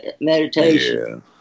meditation